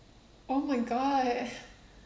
oh my god